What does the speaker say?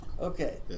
Okay